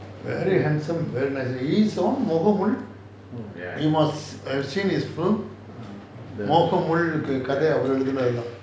very handsome very nice man he is the one Mogamul கதையை எழுதுனது அவரு தான்:mogamul kathaiya ezhuthunathu avaru thaan